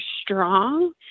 strong